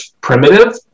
primitive